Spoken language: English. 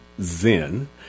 Zen